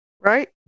Right